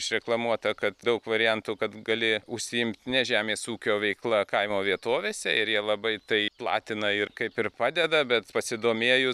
išreklamuota kad daug variantų kad gali užsiimt ne žemės ūkio veikla kaimo vietovėse ir jie labai tai platina ir kaip ir padeda bet pasidomėjus